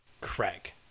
Craig